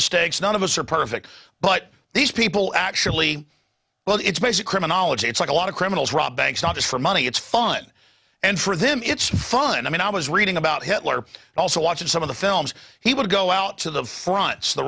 mistakes none of us are perfect but these people actually well it's basically a knowledge it's like a lot of criminals rob banks not just for money it's fun and for them it's fun i mean i was reading about hitler also watching some of the films he would go out to the